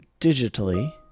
digitally